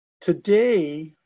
Today